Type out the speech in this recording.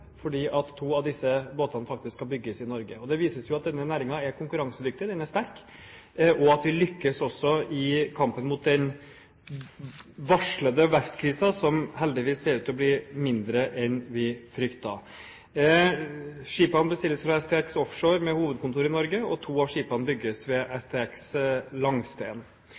fordi to av disse båtene faktisk skal bygges i Norge. Det viser jo at denne næringen er konkurransedyktig, den er sterk, og at vi lykkes også i kampen mot den varslede verftskrisen, som heldigvis ser ut til å bli mindre enn vi fryktet. Skipene bestilles fra STX Offshore, med hovedkontor i Norge, og to av skipene bygges ved STX Langsten.